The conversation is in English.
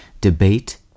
debate